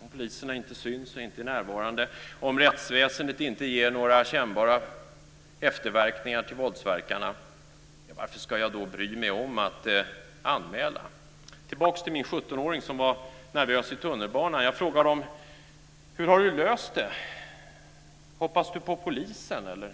Om poliserna inte syns och är närvarande och om rättsväsendet inte ger några kännbara efterverkningar till våldsverkarna - varför ska jag då bry mig om att anmäla? Jag kommer tillbaka till min 17-åring som var nervös i tunnelbanan. Jag frågade honom: Hur har du löst det? Hoppas du på polisen, eller?